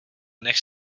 nech